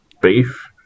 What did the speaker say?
Beef